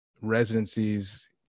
residencies